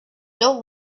dope